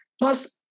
Plus